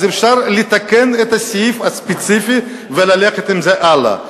אז אפשר לתקן את הסעיף הספציפי וללכת עם זה הלאה.